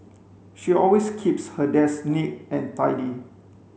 she always keeps her desk neat and tidy